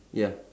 ya